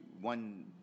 one